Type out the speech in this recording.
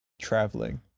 traveling